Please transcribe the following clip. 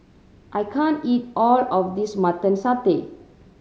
I can't eat all of this Mutton Satay